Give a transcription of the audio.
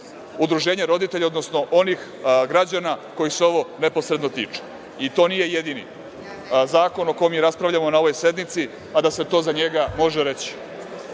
udruženja roditelja, odnosno onih građana koji se to neposredno tiče. To nije jedini zakon o kome raspravljamo na ovoj sednici, a da se to za njega može